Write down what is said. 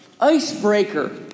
icebreaker